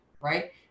right